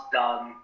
done